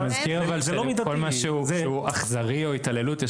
אני מזכיר שלכל מה שאכזרי או התעללות יש